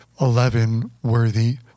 Eleven-worthy